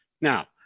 Now